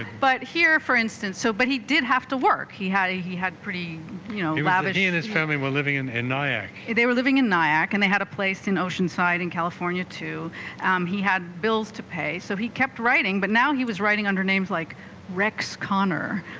but here for instance so but he did have to work he had ah he had pretty you know mataji and his family were living in in nyack they were living in nayak and they had a place in oceanside in california too he had bills to pay so he kept writing but now he was writing under names like rex conner